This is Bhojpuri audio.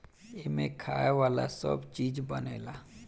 एमें खाए वाला सब चीज बनेला